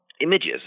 images